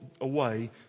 away